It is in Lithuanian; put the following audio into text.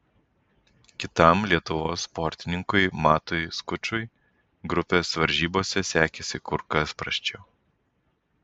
kitam lietuvos sportininkui matui skučui grupės varžybose sekėsi kur kas prasčiau